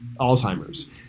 Alzheimer's